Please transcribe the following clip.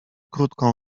krótką